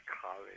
college